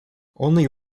only